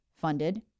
funded